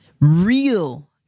real